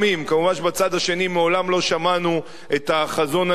מובן שבצד השני מעולם לא שמענו את החזון הנגדי,